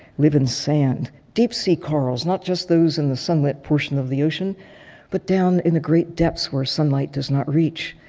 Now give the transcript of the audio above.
live in stand, deep sea corals, not just those in the sunlit portion of the ocean but down in the great depths where sunlight does not reach.